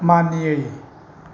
मानियै